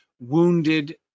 wounded